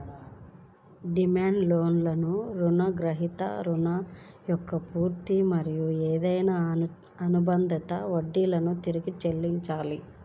demand లోన్లో రుణగ్రహీత రుణం యొక్క పూర్తి మరియు ఏదైనా అనుబంధిత వడ్డీని తిరిగి చెల్లించాలి